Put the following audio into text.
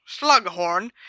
Slughorn